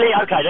Okay